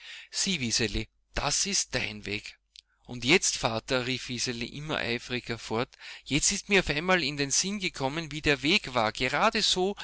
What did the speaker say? sieh wiseli das ist dein weg und jetzt vater rief wiseli immer eifriger fort jetzt ist mir auf einmal in den sinn gekommen wie der weg war gerade so